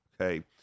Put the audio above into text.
okay